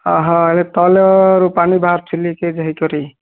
ଆହା ଏବେ ତଳରୁ ପାଣି ବାହାରୁଛି ଲିକେଜ୍ ହେଇକରି